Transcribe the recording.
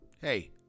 Hey